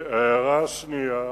וההערה השנייה,